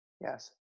Yes